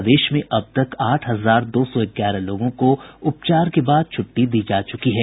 प्रदेश में अब तक आठ हजार दो सौ ग्यारह लोगों को उपचार के बाद छुट्टी दी जा चुकी है